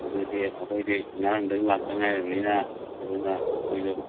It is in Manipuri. ꯑꯗꯨꯗꯤ ꯑꯩꯈꯣꯏꯗꯤ ꯉꯔꯥꯡꯗꯪ ꯂꯥꯛꯇ ꯉꯥꯏꯔꯤꯃꯤꯅ ꯑꯗꯨꯅ ꯑꯩꯈꯣꯏꯗꯣ